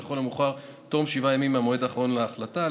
ולכל המאוחר עד תום שבעה ימים מהמועד האחרון להחלטה.